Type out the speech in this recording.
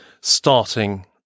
starting